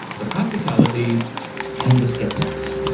the practicalities and the sceptics.